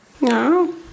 No